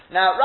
Now